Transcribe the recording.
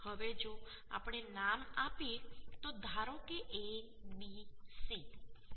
હવે જો આપણે નામ આપીએ તો ધારો કે A B C